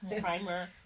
primer